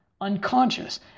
unconscious